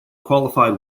qualified